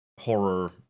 horror